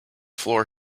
floor